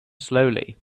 slowly